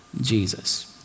Jesus